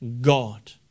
God